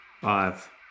Five